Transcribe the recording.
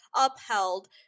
upheld